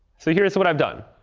so here's what i've done.